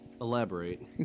Elaborate